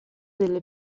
delle